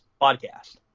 podcast